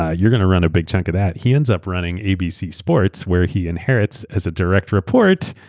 ah you're going to run a big chunk of that. he ends up running abc sports where he inherits, as a direct report,